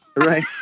Right